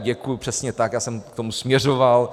Děkuji, přesně tak, já jsem k tomu směřoval.